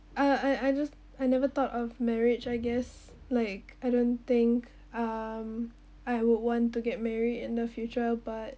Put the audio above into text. uh I I just I never thought of marriage I guess like I don't think um I would want to get married in the future but